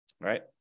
right